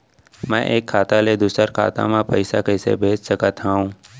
मैं एक खाता ले दूसर खाता मा पइसा कइसे भेज सकत हओं?